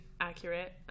accurate